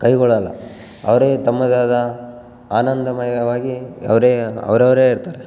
ಕೈಗೊಳ್ಳಲ್ಲ ಅವರೆ ತಮ್ಮದಾದ ಆನಂದಮಯವಾಗಿ ಅವರೇ ಅವ್ರವರೇ ಇರ್ತಾರೆ